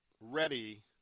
ready